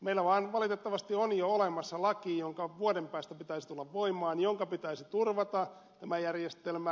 meillä vain valitettavasti on jo olemassa laki jonka vuoden päästä pitäisi tulla voimaan jonka pitäisi turvata tämä järjestelmä